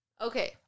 Okay